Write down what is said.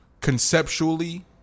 conceptually